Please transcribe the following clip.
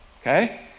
Okay